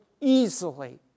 easily